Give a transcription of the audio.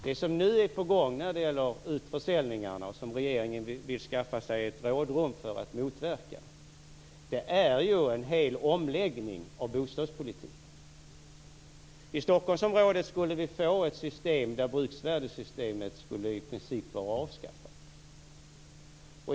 Det som nu är på gång när det gäller utförsäljningarna, och som regeringen vill skaffa sig ett rådrum för att motverka, är ju en hel omläggning av bostadspolitiken. I Stockholmsområdet skulle vi få ett system där bruksvärdessystemet i princip skulle vara avskaffat.